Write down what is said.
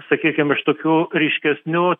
sakykim iš tokių ryškesnių